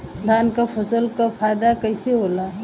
धान क फसल क फायदा कईसे होला?